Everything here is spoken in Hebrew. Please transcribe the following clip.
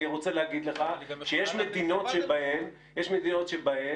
אני רוצה להגיד לך שיש מדינות שבהן הפרלמנט